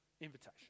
invitation